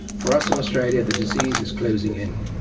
for us in australia, the disease is closing in.